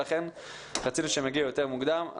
ולכן רצינו שהם יגיעו יותר מוקדם.